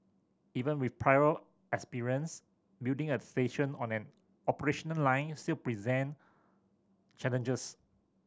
even with prior experience building a station on an operational line still present challenges